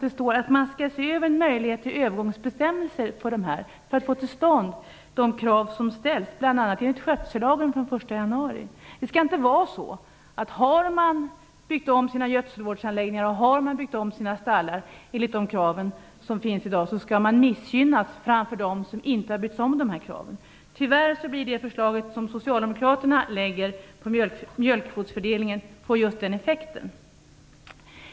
Det står att man skall se över möjligheten till övergångsbestämmelser i detta fall för att de krav som ställs skall kunna uppfyllas bl.a. enligt skötsellagen från den 1 januari. Det skall inte vara så att man missgynnas om man har byggt om sina gödselvårdsanläggningar och stallar enligt de krav som finns i dag i förhållande till dem som inte har brytt sig om dessa krav. Tyvärr kommer det förslag som Socialdemokraterna lägger fram om mjölkkvotsfördelningen att få just den effekten.